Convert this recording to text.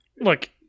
Look